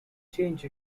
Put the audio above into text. change